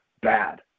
bad